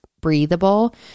breathable